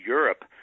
Europe